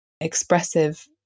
expressive